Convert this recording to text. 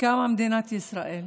קמה מדינת ישראל.